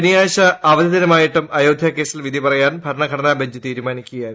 ശനിയാഴ്ച അവധിദിനമായിട്ടും അയോധ്യ കേസിൽ വിധി പറയാൻ ഭരണഘടനാ ബെഞ്ച് തീരുമാനിക്കുകയായിരുന്നു